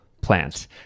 plants